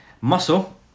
muscle